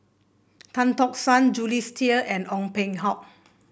Tan Tock San Jules Itier and Ong Peng Hock